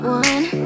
one